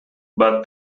but